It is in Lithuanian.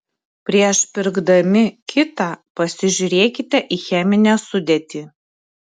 prieš pirkdami kitą pasižiūrėkite į cheminę sudėtį